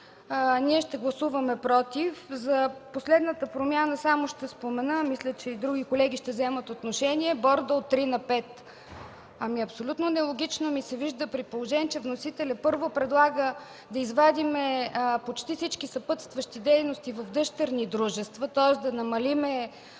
ние ще гласуваме „против”. За последната промяна само ще спомена, мисля, че и други колеги ще вземат отношение – бордът от трима, на пет. Абсолютно нелогично ми се вижда при положение, че вносителят първо предлага да извадим почти всички съпътстващи дейности в дъщерни дружества, тоест да намалим